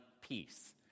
peace